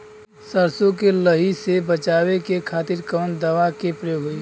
सरसो के लही से बचावे के खातिर कवन दवा के प्रयोग होई?